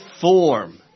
form